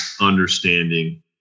understanding